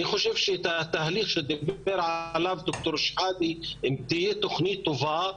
אני חושב שאת התהליך שדיבר עליו פרופ' שחאדה - אם תהיה תוכנית טובה,